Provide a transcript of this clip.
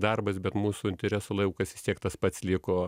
darbus bet mūsų interesų laukas vis tiek tas pats liko